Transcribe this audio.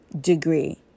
degree